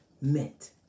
meant